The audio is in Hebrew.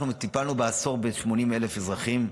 אנחנו טיפלנו בעשור ב-80,000 אזרחים.